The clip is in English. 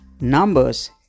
numbers